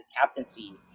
captaincy